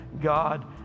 God